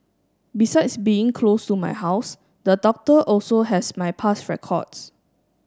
besides being close to my house the doctor also has my past records